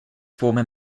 former